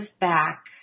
back